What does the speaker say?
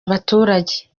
abaturage